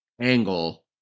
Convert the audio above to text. angle